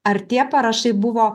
ar tie parašai buvo